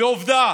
ועובדה